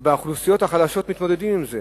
והאוכלוסיות החלשות מתמודדות עם זה.